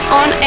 on